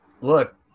look